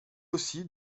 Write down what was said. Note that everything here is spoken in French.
aussi